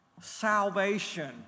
salvation